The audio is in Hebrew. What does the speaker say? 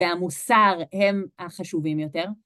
והמוסר הם החשובים יותר.